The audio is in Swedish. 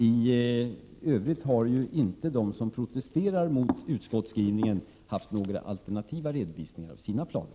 I övrigt har ju inte de som protesterar mot utskottsskrivningen gjort några alternativa redovisningar av sina planer.